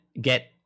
get